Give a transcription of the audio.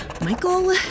Michael